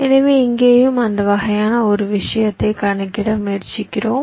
எனவே இங்கேயும் அந்த வகையான ஒரு விஷயத்தை கணக்கிட முயற்சிக்கிறோம்